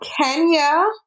kenya